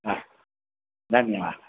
हा धन्यवादः